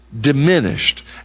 diminished